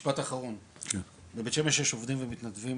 משפט אחרון, בבית שמש יש עובדים ומתנדבים